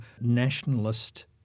nationalist